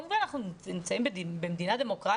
כמובן אנחנו נמצאים במדינה דמוקרטית,